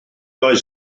oes